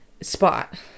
Spot